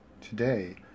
today